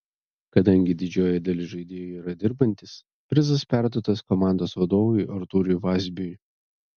kadangi didžioji dalis žaidėjų yra dirbantys prizas perduotas komandos vadovui artūrui vazbiui